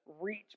reach